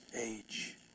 age